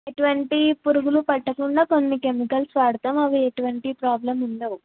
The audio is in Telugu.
ఎటువంటి పురుగులు పట్టకుండా కొన్ని కెమికల్స్ వాడతాం అవి ఎటువంటి ప్రాబ్లం ఉండవు